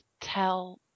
tell